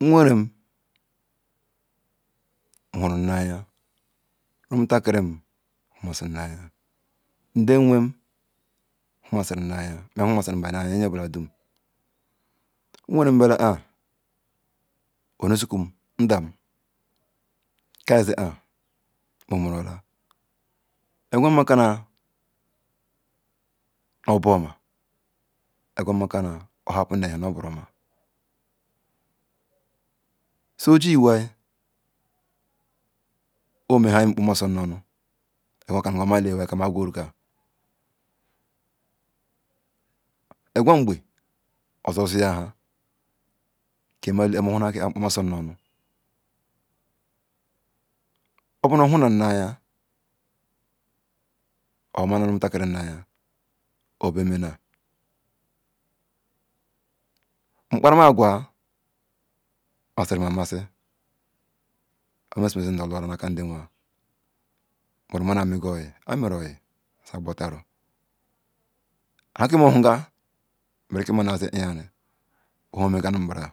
nwerem huru nu aya rumuntakirim himazirim nuaya nde wem huma sirim na aya ma himasiriba nu aya nye bala dum nwerem mala ah ono zukam ndem ka ezi ah ono zukum ndem ka ezi ah omera ola egua nmakana obuama egua nmaleana oheppun nu ehie nu oburoma su oji iheai ome nha npoma nyeji osunuonu oka ma ke lwaika magweru ka egea ngbe ozuyaha ke mohema hakiyem nkpoma nosonuonu obunoha nanuaya aban nu chie obemena nkpamara agwa masirin amasi ohamera mesera ze lum nuaka ndewea nburuma mego oyi amera oyi nhaki mohega mberika maru ya zaeyin no meganum umbara